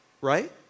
right